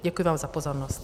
Děkuji vám za pozornost.